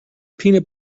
peanut